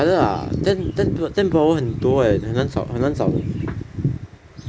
brother ah ten ten ten to ten per hour 很多 eh 很难找的